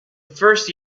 first